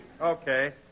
Okay